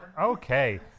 okay